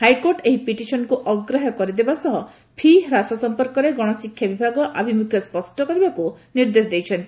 high court ଏହି ପିଟିସନ୍କୁ ଅଗ୍ରାହ୍ୟ କରିଦେବା ସହ ପି' ହ୍ରାସ ସମ୍ପର୍କରେ ଗଣଶିକ୍ଷା ବିଭାଗ ଆଭିମୁଖ୍ୟ ସ୍ୱଷ୍ଟ କରିବାକୁ ନିର୍ଦ୍ଦେଶ ଦେଇଛନ୍ତି